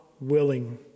willing